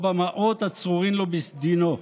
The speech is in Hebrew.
או במעות הצרורין לו בסדינו.